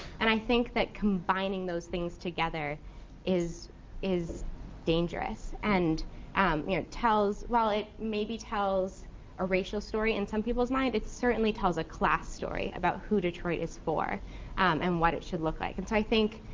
and i think that combining those things together is is dangerous and um you know tells. well, it maybe tells a racial story in some people's mind. it certainly tells a class story about who detroit is for and what it should look like. and so i think